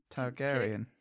Targaryen